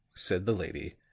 said the lady,